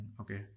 Okay